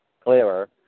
clearer